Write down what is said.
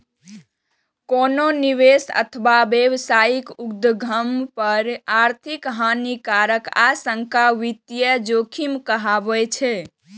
कोनो निवेश अथवा व्यावसायिक उद्यम पर आर्थिक हानिक आशंका वित्तीय जोखिम कहाबै छै